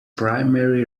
primary